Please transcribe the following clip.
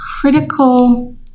critical